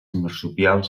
marsupials